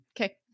Okay